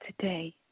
today